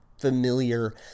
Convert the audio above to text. Familiar